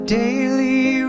daily